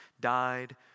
died